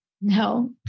No